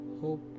Hope